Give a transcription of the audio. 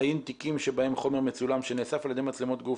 האם בתיקים שבהם חומר מצולם שנאסף על ידי מצלמות גוף